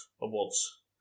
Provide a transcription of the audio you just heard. awards